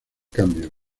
cambio